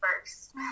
first